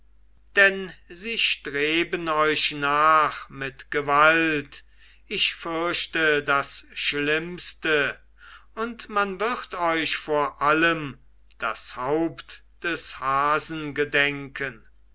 denn sie streben euch nach mit gewalt ich fürchte das schlimmste und man wird euch vor allem das haupt des hasen gedenken